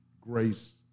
grace